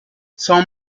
son